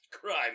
crime